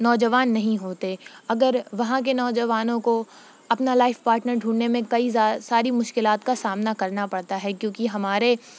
نوجوان نہیں ہوتے اگر وہاں کے نوجوانوں کو اپنا لائف پاٹنر ڈھونڈنے میں کئی ساری مشکلات کا سامنا کرنا پڑتا ہے کیونکہ ہمارے